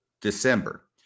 December